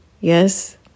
Yes